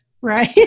right